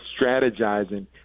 strategizing